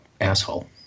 asshole